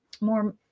more